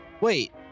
Wait